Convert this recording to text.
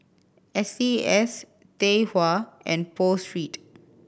S C S Tai Hua and Pho Street